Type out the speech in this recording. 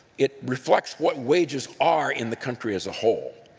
it reflects what wages are in the country as a whole.